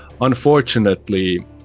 Unfortunately